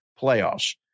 playoffs